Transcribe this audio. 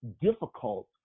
difficult